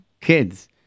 Kids